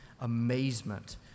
amazement